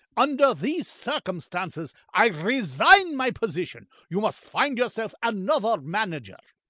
under these circumstances i resign my position. you must find yourself another manager.